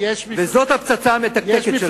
וזאת הפצצה המתקתקת.